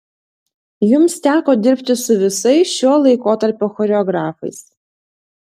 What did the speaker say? jums teko dirbti su visais šio laikotarpio choreografais